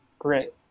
Great